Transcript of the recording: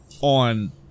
on